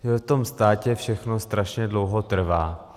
V tom státě všechno strašně dlouho trvá.